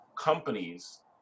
companies